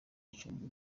icumbi